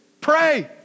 pray